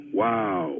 wow